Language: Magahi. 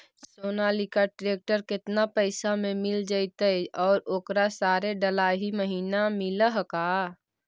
सोनालिका ट्रेक्टर केतना पैसा में मिल जइतै और ओकरा सारे डलाहि महिना मिलअ है का?